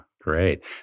great